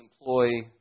employee